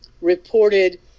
reported